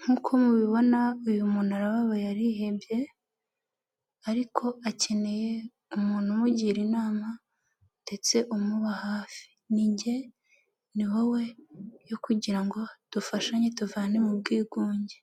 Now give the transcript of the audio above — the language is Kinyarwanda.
nkuko mubibona uyu muntu arababaye arihebye ariko akeneye umuntu umugira inama ndetse umuba hafi, ni njye ni wowe yo kugira ngo dufashanye tuvane mu bwigunge.